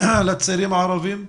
לצעירים הערבים?